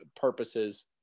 purposes